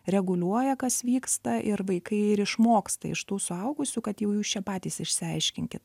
reguliuoja kas vyksta ir vaikai ir išmoksta iš tų suaugusių kad jau jūs čia patys išsiaiškinkit